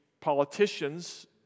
politicians